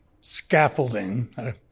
scaffolding